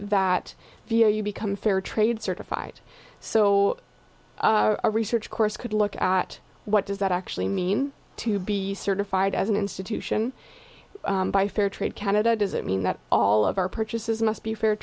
that you become fair trade certified so a research course could look at what does that actually mean to be certified as an institution by fair trade canada does it mean that all of our purchases must be fair